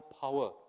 power